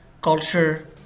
culture